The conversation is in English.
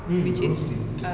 !ee! rose tea